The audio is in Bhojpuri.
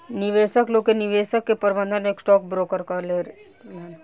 निवेशक लोग के निवेश के प्रबंधन स्टॉक ब्रोकर लोग करेलेन